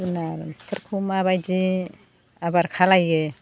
जुनारफोरखौ माबायदि आबार खालायो